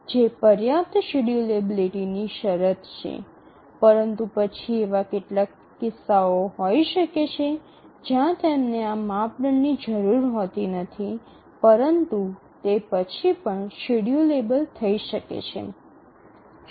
જે પર્યાપ્ત શેડ્યૂલેબિલિટીની શરત છે પરંતુ પછી એવા કેટલાક કિસ્સાઓ હોઈ શકે છે જ્યાં તેમને આ માપદંડની જરૂર હોતી નથી પરંતુ તે પછી પણ શેડ્યૂલેબલ થઈ શકે છે